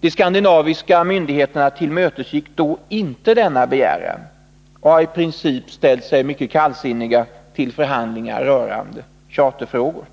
De skandinaviska luftfartsmyndigheterna tillmötesgick då inte denna begäran och har i princip ställt sig mycket kallsinniga till förhandlingar rörande charterfrågor.